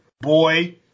boy